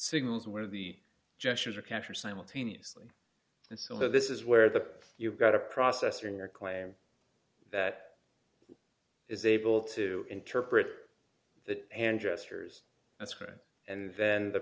signals where the gestures are capture simultaneously and so this is where the you've got a processor in your claim that is able to interpret that hand gestures that's right and then the